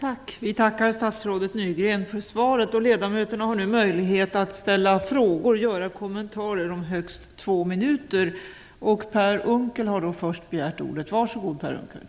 Fru talman! Jag vill också höra kommissionen säga vilka riktlinjer för utvecklingen som skall gälla. Jag tackar statsrådet Nygren för svaret. Jag tycker att det är spännande att se vad som kommer att hända.